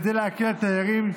כדי להקל על תיירים,